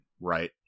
right